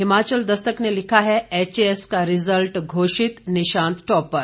हिमाचल दस्तक ने लिखा है एच ए एस का रिजल्ट घोषित निशांत टॉपर